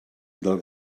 del